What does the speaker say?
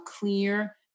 clear